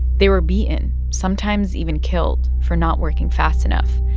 they were beaten sometimes even killed for not working fast enough,